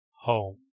home